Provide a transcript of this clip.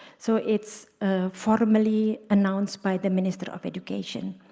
so it's formally announced by the minister of education.